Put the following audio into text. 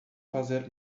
fazer